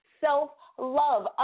self-love